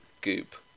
Goop